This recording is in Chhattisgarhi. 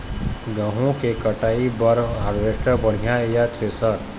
गेहूं के कटाई बर हारवेस्टर बढ़िया ये या थ्रेसर?